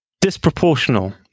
disproportional